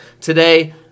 today